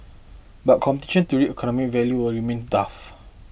but competition to reap economic value will remain tough